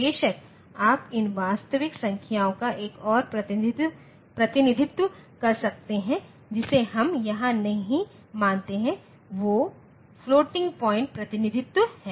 बेशक आप इन वास्तविक संख्याओं का एक और प्रतिनिधित्व कर सकते हैं जिसे हम यहां नहीं मानते हैं वो फ्लोटिंग पॉइंट प्रतिनिधित्व है